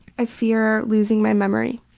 i fear losing my memory.